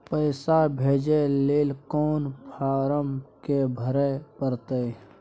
पैसा भेजय लेल कोन फारम के भरय परतै?